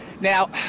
Now